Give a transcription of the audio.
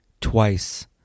twice